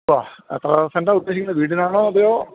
ആ എത്ര സെൻറ്റാ ഉദ്ദേശിക്കുന്നത് വീടിനാണോ അതോ